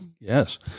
Yes